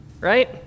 right